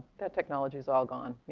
that technology is all gone,